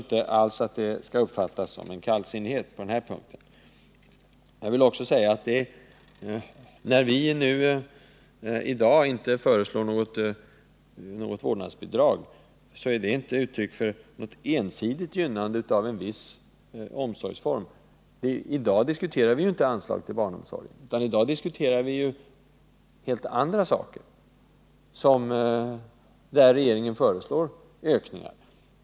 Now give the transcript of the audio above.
Det skall inte uppfattas som någon kallsinnighet mot förslaget om minimistandardgaranti. Jag vill också säga att det förhållandet att vi inte nu har lagt fram något förslag om vårdnadsbidrag inte är uttryck för ett ensidigt gynnande av någon viss omsorgsform. I dag diskuterar vi inte anslaget till barnomsorgen utan helt andra frågor, och på dessa punkter föreslår regeringen anslagshöjningar.